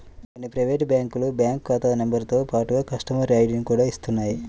కొన్ని ప్రైవేటు బ్యాంకులు బ్యాంకు ఖాతా నెంబరుతో పాటుగా కస్టమర్ ఐడిని కూడా ఇస్తున్నాయి